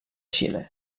xile